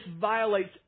violates